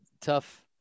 tough